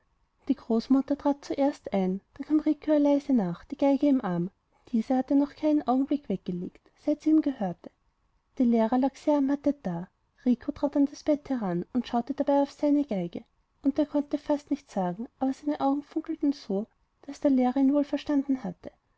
die großmutter trat zuerst ein dann kam ihr rico leise nach die geige im arm denn diese hatte er noch keinen augenblick weggelegt seit sie ihm gehörte der lehrer lag sehr ermattet da rico trat an das bett heran und schaute dabei auf seine geige und er konnte fast nichts sagen aber seine augen funkelten so daß der lehrer ihn wohl verstanden hatte